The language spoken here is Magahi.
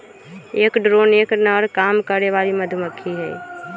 एक ड्रोन एक नर काम करे वाली मधुमक्खी हई